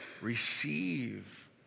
Receive